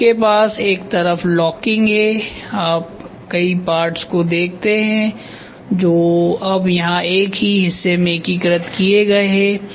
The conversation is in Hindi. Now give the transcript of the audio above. तो आपके पास एक तरफ लॉकिंग है और आप कई पार्ट्स को देखते हैं जो अब यहां एक ही हिस्से में एकीकृत किए गए हैं